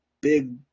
big